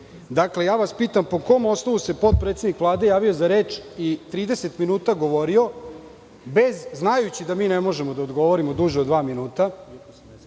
desiti. Dakle, ja vas pitam, po kom osnovu se potpredsednik Vlade javio za reč i 30 minuta govorio, znajući da mi ne možemo da odgovorimo duže od dva minuta,